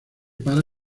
para